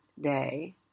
day